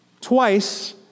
Twice